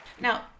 Now